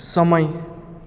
समय